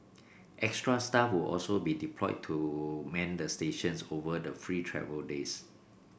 extra staff will also be deployed to man the stations over the free travel days